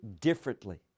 differently